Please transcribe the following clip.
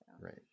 Right